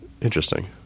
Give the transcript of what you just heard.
Interesting